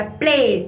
play